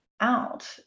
out